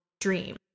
dream